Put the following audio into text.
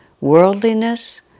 worldliness